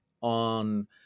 on